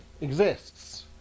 exists